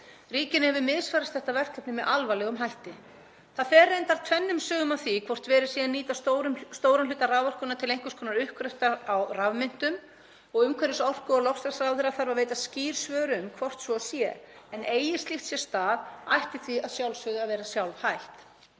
Ríkinu hefur misfarist þetta verkefni með alvarlegum hætti. Það fer reyndar tvennum sögum af því hvort verið sé að nýta stóran hluta raforkunnar til einhvers konar uppgraftar á rafmyntum og umhverfis-, orku- og loftslagsráðherra þarf að veita skýr svör um hvort svo sé. Eigi slíkt sér stað ætti því að sjálfsögðu vera sjálfhætt.